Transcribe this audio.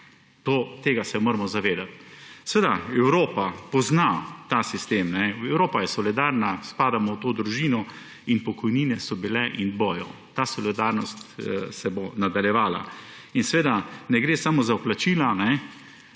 tega se moramo zavedat. Seveda Evropa pozna ta sistem. Evropa je solidarna, spadamo v to družino in pokojnine so bile in bodo. Ta solidarnost se bo nadaljevala. Seveda ne gre samo za vplačila.